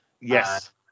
Yes